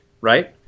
right